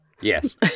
Yes